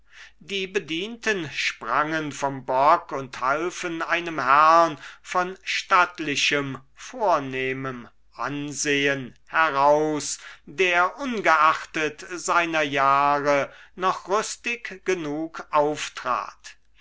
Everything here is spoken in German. die bedienten sprangen vom bock und halfen einem herrn von stattlichem vornehmem ansehen heraus der ungeachtet seiner jahre noch rüstig genug auftrat